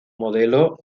modelo